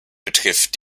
betrifft